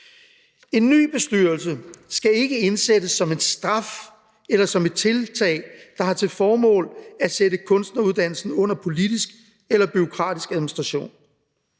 En ny bestyrelse skal ikke indsættes som en straf eller som et tiltag, der har til formål at sætte kunstuddannelsen under politisk eller bureaukratisk administration.